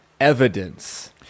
evidence